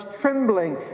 trembling